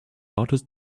artist